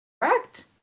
Correct